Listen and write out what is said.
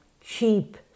cheap